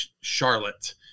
Charlotte